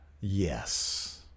Yes